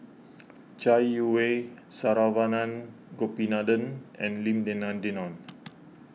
Chai Yee Wei Saravanan Gopinathan and Lim Denan Denon